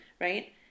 Right